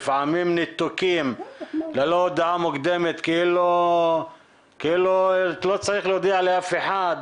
לפעמים ניתוקים ללא הודעה מוקדמת כאילו לא צריך להודיע לאף אחד.